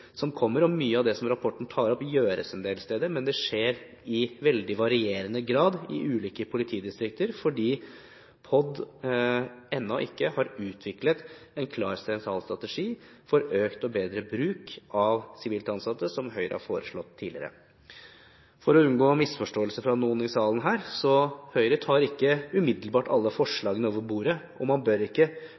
som kommer, og mye av det som rapporten tar opp, gjøres en del steder, men det skjer i veldig varierende grad i ulike politidistrikter fordi POD ennå ikke har utviklet en klar, sentral strategi for økt og bedre bruk av sivilt ansatte, som Høyre har foreslått tidligere. For å unngå misforståelser fra noen i salen her: Høyre tar ikke umiddelbart alle forslagene over bordet, og man bør ikke